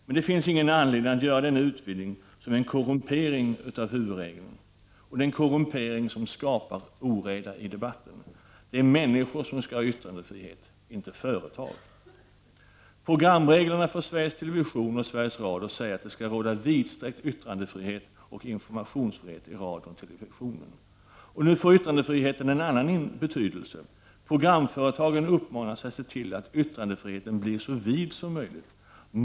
Men det finns inte anledning att göra denna utvidgning, som är en korrumpering av huvudregeln, och det är en korrumpering som skapar oreda i debatten. Det är människor som skall ha yttrandefrihet, inte företag. Programreglerna för Sveriges Television och Sveriges Radio säger att det skall råda vidsträckt yttrandefrihet och informationsfrihet i radion och televisionen. Nu får yttrandefriheten en annan betydelse. Programföretaget uppmanas att se till att yttrandefriheten blir så vid som möjligt.